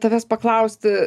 tavęs paklausti